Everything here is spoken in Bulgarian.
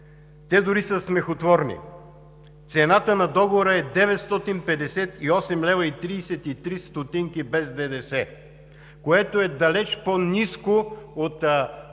Те дори са смехотворни. Цената на договора е 958,33 лв. без ДДС, което е далеч по-ниско от